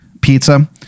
pizza